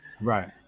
Right